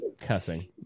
cussing